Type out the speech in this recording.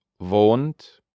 wohnt